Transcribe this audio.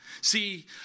See